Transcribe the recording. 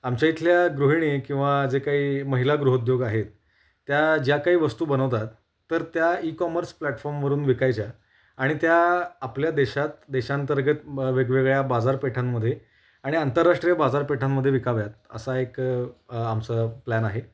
आमच्या इथल्या गृहिणी किंवा जे काही महिला गृहउद्योग आहेत त्या ज्या काही वस्तू बनवतात तर त्या इ कॉमर्स प्लॅटफॉर्मवरून विकायच्या आणि त्या आपल्या देशात देशांतर्गत मग वेगवेगळ्या बाजारपेठांमध्ये आणि आंतरराष्ट्रीय बाजारपेठांमध्ये विकाव्यात असा एक आमचं प्लॅन आहे